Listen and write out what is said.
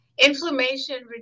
Inflammation